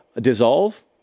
dissolve